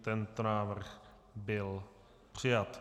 Tento návrh byl přijat.